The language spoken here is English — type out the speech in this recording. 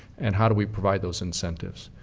and how do we provide those incentives.